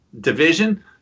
division